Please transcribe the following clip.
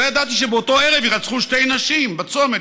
לא ידעתי שבאותו ערב יירצחו שתי נשים בצומת,